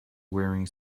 wearing